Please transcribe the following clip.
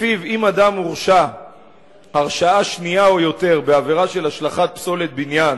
שלפיו אם אדם הורשע הרשעה שנייה או יותר בעבירה של השלכת פסולת בניין